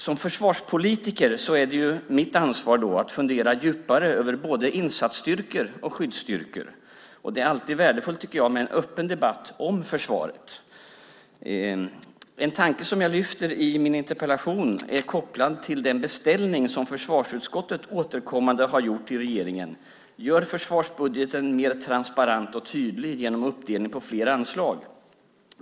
Som försvarspolitiker är det mitt ansvar att fundera djupare över både insatsstyrkor och skyddsstyrkor. Det är alltid värdefullt, tycker jag, med en öppen debatt om försvaret. En tanke som jag lyfter fram i min interpellation är kopplad till den beställning som försvarsutskottet återkommande har gjort till regeringen, att göra försvarsbudgeten mer transparent och tydlig genom uppdelning på fler anslag.